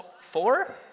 Four